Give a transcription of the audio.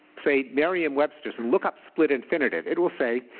say merriam-webster's, and look up split infinitive, it will say,